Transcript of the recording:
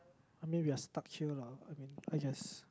I mean we are stuck here lah I mean I guess